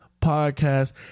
podcast